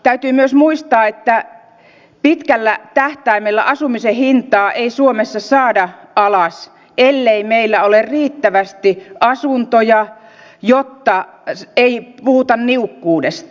täytyy myös muistaa että pitkällä tähtäimellä asumisen hintaa ei suomessa saada alas ellei meillä ole riittävästi asuntoja niin että ei puhuta niukkuudesta